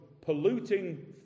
polluting